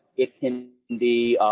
it can be,